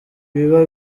biba